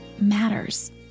matters